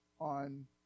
on